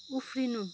उफ्रिनु